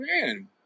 man